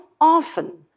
often